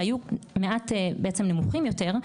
שהיו מעט נמוכים יותר,